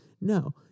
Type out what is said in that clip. No